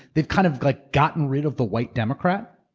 they've kind of like gotten rid of the white democrat.